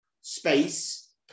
space